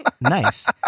Nice